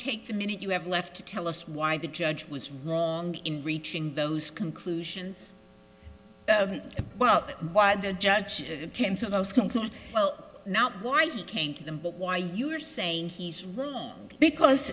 take the minute you have left to tell us why the judge was wrong in reaching those conclusions about why the judge came to those conclusion well not why he came to them but why you are saying he's right because